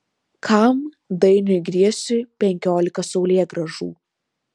kam dainiui griesiui penkiolika saulėgrąžų